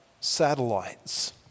satellites